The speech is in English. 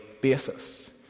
basis